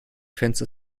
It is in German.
fenster